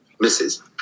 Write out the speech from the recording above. misses